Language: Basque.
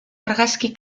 argazki